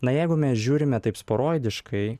na jeigu mes žiūrime taip sporoidiškai